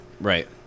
Right